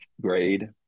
grade